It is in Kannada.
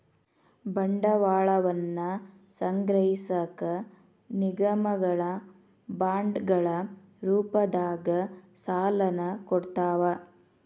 ಬಂಡವಾಳವನ್ನ ಸಂಗ್ರಹಿಸಕ ನಿಗಮಗಳ ಬಾಂಡ್ಗಳ ರೂಪದಾಗ ಸಾಲನ ಕೊಡ್ತಾವ